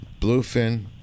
bluefin